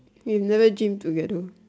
we've never gymmed together